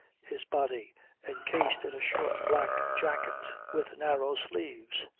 his body encased in a short black jacket with narrow sleeves,